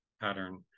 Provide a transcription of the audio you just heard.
pattern